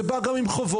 זה בא גם עם חובות".